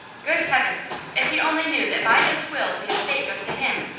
good heavens if he only knew that by this will the estate goes to him!